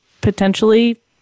potentially